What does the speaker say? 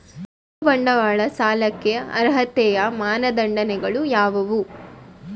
ಕಿರುಬಂಡವಾಳ ಸಾಲಕ್ಕೆ ಅರ್ಹತೆಯ ಮಾನದಂಡಗಳು ಯಾವುವು?